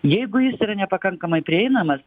jeigu jis yra nepakankamai prieinamas